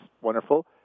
wonderful